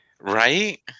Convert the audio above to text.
Right